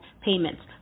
payments